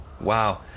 Wow